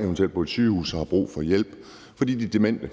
eventuelt står på et sygehus og har brug for hjælp, fordi de er demente.